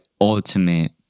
ultimate